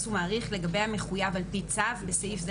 ומעריך לגבי המחויב על פי הצו (בסעיף קטן זה,